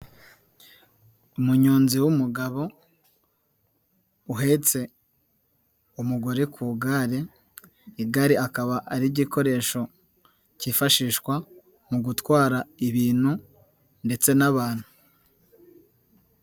Umunyonzi w'umugabo uhetse umugore ku igare, igare akaba ari igikoresho cyifashishwa mu gutwara ibintu ndetse n'abantu.